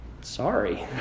sorry